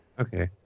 Okay